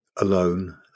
Alone